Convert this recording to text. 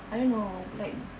I don't know like